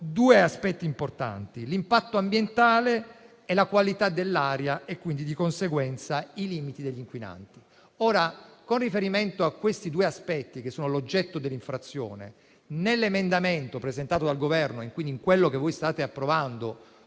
due aspetti importanti, l'impatto ambientale e la qualità dell'aria e quindi, di conseguenza, i limiti degli inquinanti. Con riferimento a questi due aspetti, che sono l'oggetto dell'infrazione, nell'emendamento presentato dal Governo, quello che voi state approvando